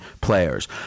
players